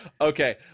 Okay